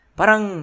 parang